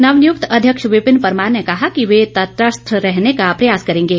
नवनियुक्त अध्यक्ष विपिन परमार ने कहा कि वह तटस्थ रहने का प्रयास करेंगे